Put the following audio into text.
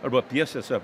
arba pjesėse